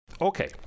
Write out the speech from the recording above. Okay